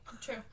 True